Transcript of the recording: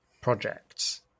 projects